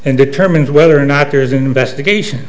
and determine whether or not there is an investigation